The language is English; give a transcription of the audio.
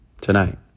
Tonight